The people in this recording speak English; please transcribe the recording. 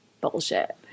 bullshit